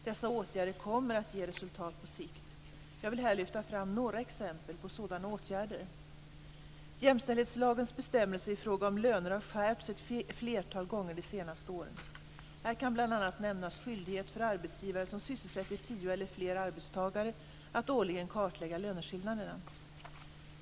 Dessa åtgärder kommer att ge resultat på sikt. Jag vill här lyfta fram några exempel på sådana åtgärder. Jämställdhetslagens bestämmelser i fråga om löner har skärpts ett flertal gånger de senaste åren. Här kan bl.a. nämnas skyldigheten för arbetsgivare som sysselsätter tio eller fler arbetstagare att årligen kartlägga löneskillnaderna.